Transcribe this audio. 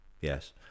Yes